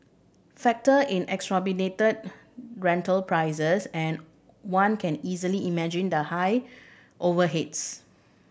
factor in exorbitant rental prices and one can easily imagine the high overheads